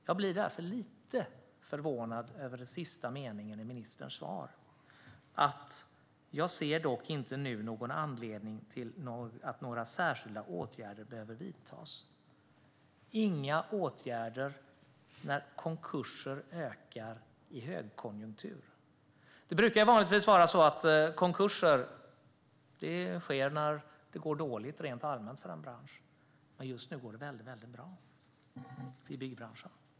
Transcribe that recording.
Jag blir därför lite förvånad över den sista meningen i ministerns svar: "Jag ser dock inte nu någon anledning till att några särskilda åtgärder behöver vidtas." Inga åtgärder när konkurser ökar i högkonjunktur! Det brukar vanligtvis vara så att konkurser sker när det går dåligt rent allmänt för en bransch. Men just nu går det väldigt, väldigt bra i byggbranschen.